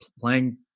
playing